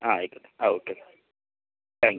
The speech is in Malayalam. ആ ആയിക്കോട്ടെ ആ ഓക്കെ താങ്ക് യു